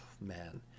Man